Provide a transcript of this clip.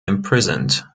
imprisoned